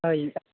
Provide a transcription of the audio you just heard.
ओइ